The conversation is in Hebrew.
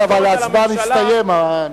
אבל הזמן הסתיים.